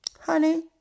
honey